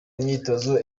imyitozo